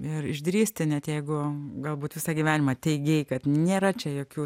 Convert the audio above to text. ir išdrįsti net jeigu galbūt visą gyvenimą teigei kad nėra čia jokių